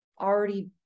already